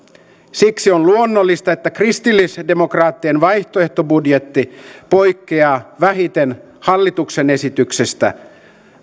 siksi on luonnollista että kristillisdemokraattien vaihtoehtobudjetti poikkeaa vähiten hallituksen esityksestä